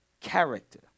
character